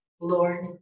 Lord